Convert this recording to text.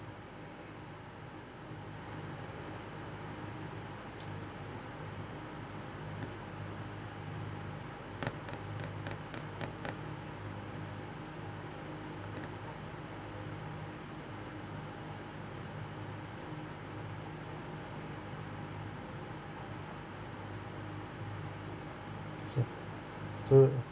so so leh